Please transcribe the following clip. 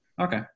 Okay